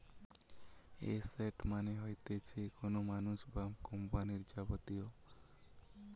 asset মানে হতিছে কোনো মানুষ বা কোম্পানির যাবতীয়